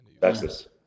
Texas